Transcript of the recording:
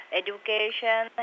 education